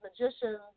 magicians